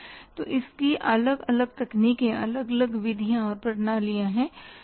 तो इसकी अलग अलग तकनीकें अलग अलग विधियाँ और प्रणालियाँ हैं